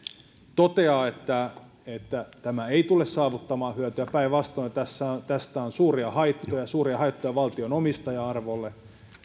toteaa että että tämä ei tule saavuttamaan hyötyä päinvastoin tästä on suuria haittoja suuria haittoja valtion omistaja arvolle